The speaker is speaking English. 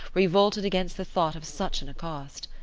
revolted against the thought of such an accost.